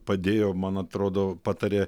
padėjo man atrodo patarė